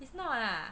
it's not ah